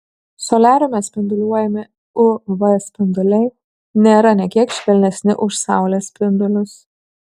soliariume spinduliuojami uv spinduliai nėra nė kiek švelnesni už saulės spindulius